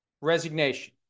Resignation